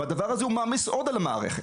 והדבר הזה מעמיס עוד על המערכת.